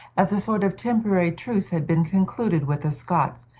as a sort of temporary truce had been concluded with the scots,